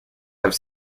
have